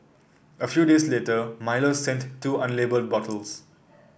a few days later Milo sent two unlabelled bottles